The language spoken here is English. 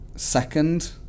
Second